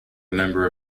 member